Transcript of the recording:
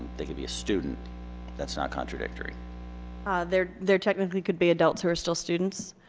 they can be a student that's not contradictory there there technically could be adults who are still students